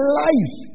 life